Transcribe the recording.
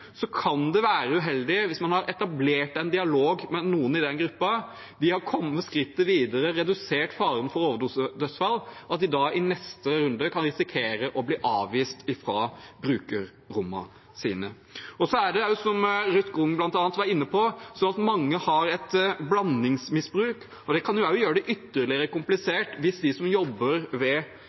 Så er det også slik, som bl.a. Ruth Grung var inne på, at mange har et blandingsmisbruk, og det kan også gjøre det ytterligere komplisert hvis de som jobber ved